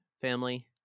family